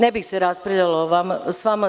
Ne bih se raspravljala sa vama.